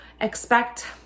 expect